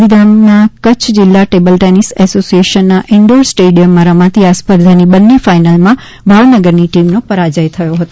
ગાંધીધામના કચ્છ જિલ્લા table tennis એસિસએશનના ઇન્ડોર સ્ટેડિયમમાં રમાતી આ સ્પર્ધાની બંને ફાઇનલમાં ભાવનગરની ટીમનો પરાજ્ય થયો હતો